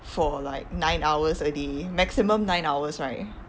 for like nine hours a day maximum nine hours right